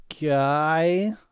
guy